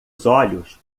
olhos